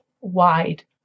wide